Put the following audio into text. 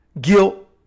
guilt